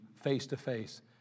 face-to-face